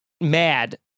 mad